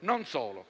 Inoltre,